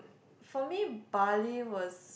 for me Bali was